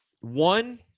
One